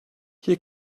you